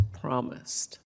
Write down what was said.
promised